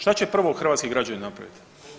Šta će prvo hrvatski građani napraviti?